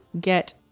get